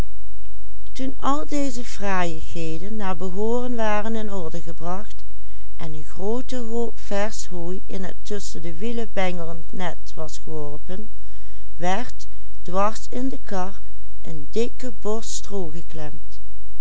het tusschen de wielen bengelend net was geworpen werd dwars in de kar een dikke bos stroo geklemd